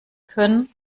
können